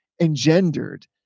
engendered